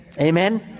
Amen